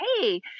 Hey